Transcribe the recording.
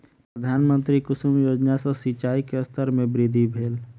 प्रधानमंत्री कुसुम योजना सॅ सिचाई के स्तर में वृद्धि भेल